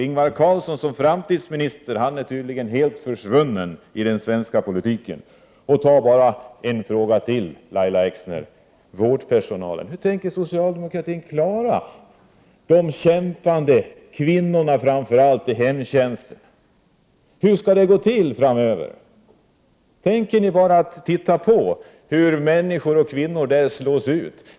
Ingvar Carlsson som framtidsminister är tydligen helt försvunnen i den svenska politiken. En fråga till, Lahja Exner: Hur tänker socialdemokratin klara de kämpande kvinnorna i hemtjänsten? Tänker ni bara se på hur kvinnor slås ut?